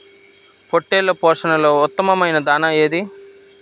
పొట్టెళ్ల పోషణలో ఉత్తమమైన దాణా ఏది?